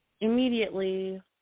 immediately